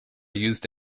used